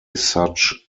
such